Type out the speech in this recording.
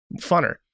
Funner